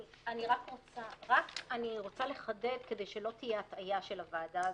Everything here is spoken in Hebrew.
אני רוצה לחדד כדי שלא תהיה הטעיה של הוועדה הזאת.